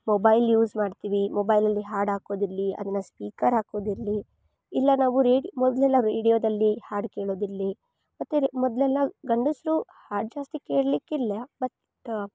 mobile use ಮಾಡ್ತೀವಿ ಮೊಬೈಲಲ್ಲಿ ಹಾಡು ಹಾಕೋದು ಇರಲಿ ಅದನ್ನ ಸ್ಪೀಕರ್ ಹಾಕೋದಿರಲಿ ಇಲ್ಲ ನಾವು ರೇಡಿ ಮೊದಲೆಲ್ಲ ರೇಡಿಯೊದಲ್ಲಿ ಹಾಡು ಕೇಳೋದಿರಲಿ ಮತ್ತು ಮೊದಲೆಲ್ಲ ಗಂಡಸರು ಹಾಡು ಜಾಸ್ತಿ ಕೇಳ್ಲಿಕ್ಕೆ ಇಲ್ಲ ಮತ್ತು